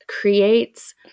creates